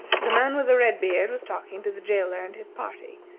the man with the red beard was talking to the jailer and his party,